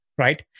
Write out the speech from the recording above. Right